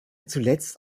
zuletzt